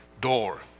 door